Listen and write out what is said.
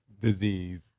disease